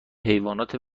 حیوانات